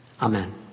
Amen